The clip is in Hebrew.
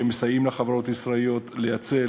שמסייעים לחברות ישראליות לייצא,